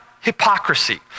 hypocrisy